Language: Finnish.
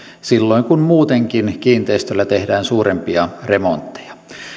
silloin kun muutenkin kiinteistöllä tehdään suurempia remontteja